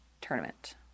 tournament